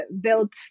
built